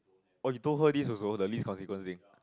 oh he told her this also the least consequence thing